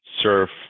surf